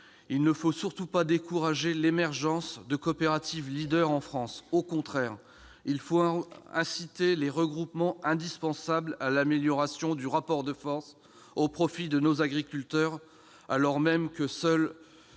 il ne faut surtout pas décourager l'émergence de coopératives en France. Au contraire, il faut inciter aux regroupements, indispensables à l'amélioration du rapport de force, au profit de nos agriculteurs, alors même que seules